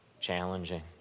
challenging